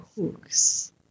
hooks